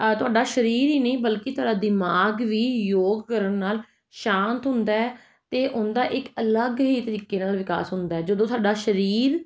ਆਹ ਤੁਹਾਡਾ ਸਰੀਰ ਹੀ ਨਹੀਂ ਬਲਕਿ ਤੁਹਾਡਾ ਦਿਮਾਗ ਵੀ ਯੋਗ ਕਰਨ ਨਾਲ ਸ਼ਾਂਤ ਹੁੰਦਾ ਅਤੇ ਉਹਦਾ ਇੱਕ ਅਲੱਗ ਹੀ ਤਰੀਕੇ ਨਾਲ ਵਿਕਾਸ ਹੁੰਦਾ ਜਦੋਂ ਸਾਡਾ ਸਰੀਰ